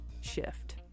shift